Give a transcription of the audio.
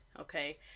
okay